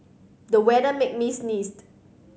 the weather made me sneezed